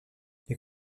les